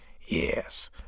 Yes